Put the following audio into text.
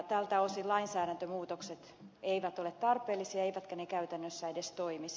tältä osin lainsäädäntömuutokset eivät ole tarpeellisia eivätkä ne käytännössä edes toimisi